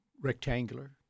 rectangular